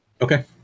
Okay